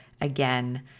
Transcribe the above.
again